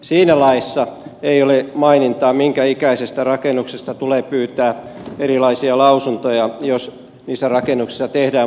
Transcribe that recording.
siinä laissa ei ole mainintaa minkä ikäisestä rakennuksesta tulee pyytää erilaisia lausuntoja jos niissä rakennuksissa tehdään muutostöitä